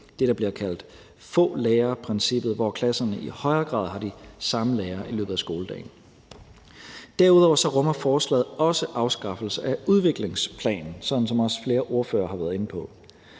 det, der bliver kaldt fålærerprincippet, hvor klasserne i højere grad har de samme lærere i løbet af skoledagen. Derudover rummer forslaget også afskaffelse af udviklingsplanen, sådan som også flere ordførere har været inde på.